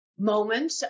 moment